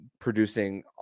producing